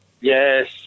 Yes